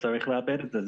צריך לעבד את זה.